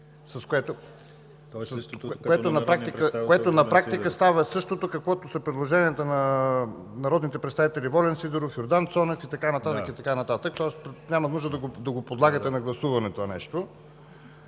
3, което на практика става същото, каквито са предложенията на народните представители Волен Сидеров, Йордан Цонев и така нататък, тоест няма нужда да подлагате на гласуване това.